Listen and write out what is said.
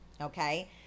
Okay